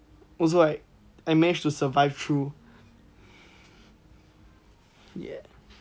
also like I managed to survive through ye